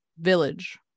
Village